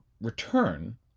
return